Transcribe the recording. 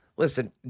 Listen